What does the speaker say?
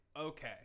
okay